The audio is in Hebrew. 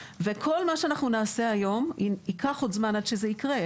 וכל מה שאנחנו נעשה היום ייקח עוד זמן עד שזה יקרה.